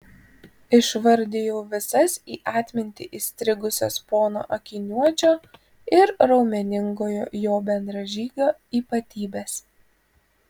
išvardijau visas į atmintį įstrigusias pono akiniuočio ir raumeningojo jo bendražygio ypatybes